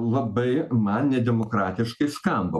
labai man nedemokratiškai skamba